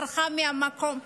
ברחה מהמקום.